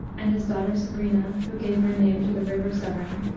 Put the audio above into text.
and his daughter sabrina, who gave her name to the river severn,